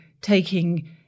taking